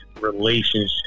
relationship